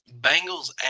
Bengals